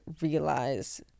realize